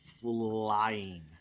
flying